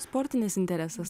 sportinis interesas